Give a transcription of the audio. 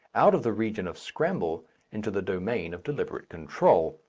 out of the region of scramble into the domain of deliberate control.